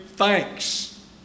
Thanks